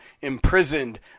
imprisoned